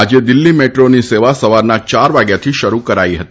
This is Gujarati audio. આજે દિલ્હી મેટ્રોની સેવા સવારના યાર વાગ્યાથી શરૂ કરાઇ હતી